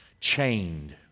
chained